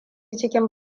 cikin